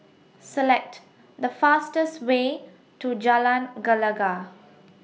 Select The fastest Way to Jalan Gelegar